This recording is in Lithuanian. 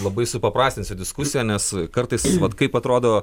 labai supaprastinsiu diskusiją nes kartais vat kaip atrodo